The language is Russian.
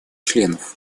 членов